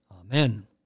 Amen